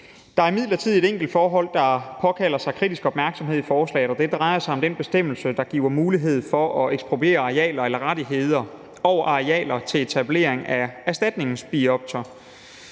Der er imidlertid et enkelt forhold, der påkalder sig kritisk opmærksomhed, i forslaget, og det drejer sig om den bestemmelse, der giver mulighed for at ekspropriere arealer eller rettigheder over arealer til etablering af erstatningsbiotoper,